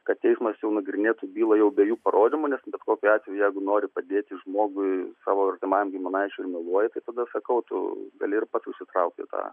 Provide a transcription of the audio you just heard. kad teismas jau nagrinėtų bylą jau be jų parodymų nes bet kokiu atveju jeigu nori padėti žmogui savo artimam giminaičiui ir meluoji tai tada sakau tu gali ir pats užsitraukti tą